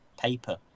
paper